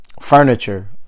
furniture